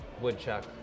Woodchuck